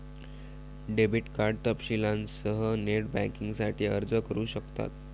debit card तपशीलांसह net बँकिंगसाठी अर्ज करू शकतात